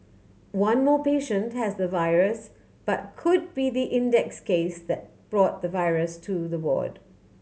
one more patient has the virus but could be the index case that brought the virus to the ward